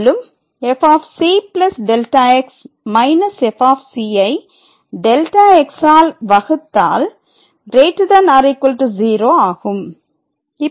மேலும் fc Δx f ஐ Δx ஆல் வகுத்தால் ≥ 0 ஆகும்